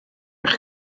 eich